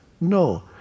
No